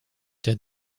did